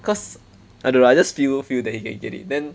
cause I don't know I just feel feel that he can get it then